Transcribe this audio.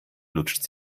lutscht